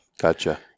Gotcha